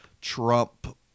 Trump